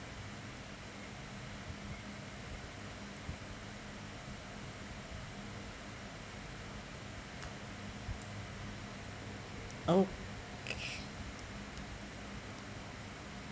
oh